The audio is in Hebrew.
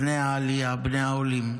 בני העלייה, בני העולים: